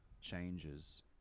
changes